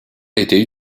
étaient